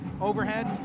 overhead